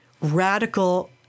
radical